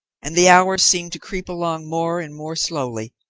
and the hours seemed to creep along more and more slowly,